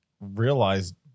realized